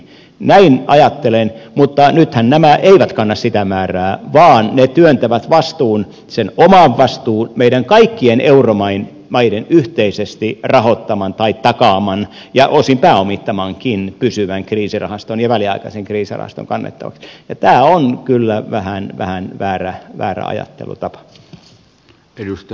näin ajattelen mutta nythän nämä eivät kanna sitä määrää vaan ne työntävät vastuun sen oman vastuun meidän kaikkien euromaiden yhteisesti rahoittaman tai takaaman ja osin pääomittamankin pysyvän kriisirahaston ja väliaikaisen kriisirahaston kannettavaksi ja tämä on kyllä vähän väärä ajattelutapa